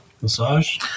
massage